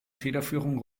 federführung